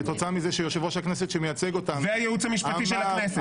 כתוצאה מזה שהוא יושב-ראש הכנסת שמייצג- -- והייעוץ המשפטי של הכנסת,